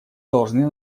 должны